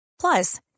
Plus